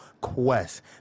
Quest